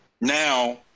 now